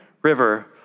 river